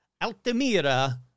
Altamira